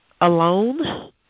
alone